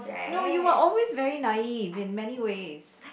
no you were always very naive in many ways